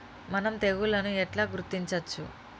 మనం తెగుళ్లను ఎట్లా గుర్తించచ్చు?